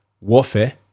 warfare